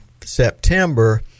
September